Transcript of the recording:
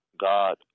God